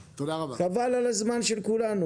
חבל על הזמן של כולנו.